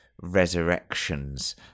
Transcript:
Resurrections